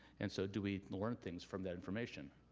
and so do we learn things from that information.